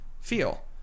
feel